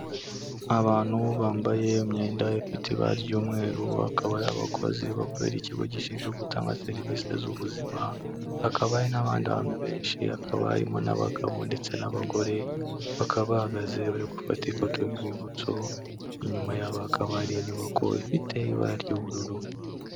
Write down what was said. Abantu bambaye imyenda ifite ibara ry'umweru, akaba ari abakozi bakorera ikigo gishinzwe gutanga serivisi z'ubuzima, hakaba hari n'abandi bantu benshi, hakaba harimo n'abagabo ndetse n'abagore, bakaba bahagaze bari gufata ifoto y'urwibutso, inyuma yabo hakaba hari inyubako ifite ibara ry'ubururu.